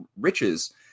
riches